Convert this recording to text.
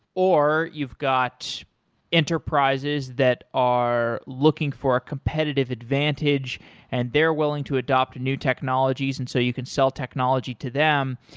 or you've got enterprises that are looking for a competitive advantage and they're willing to adopt to new technologies and so you can sell technology to them.